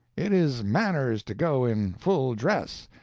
it is manners to go in full dress.